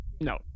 No